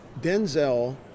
Denzel